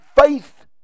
faith